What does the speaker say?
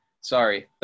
sorry